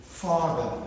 father